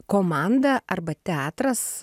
komanda arba teatras